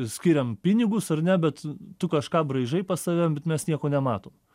skiriam pinigus ar ne bet tu kažką braižai pas save bet mes nieko nematom